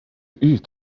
eat